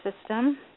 system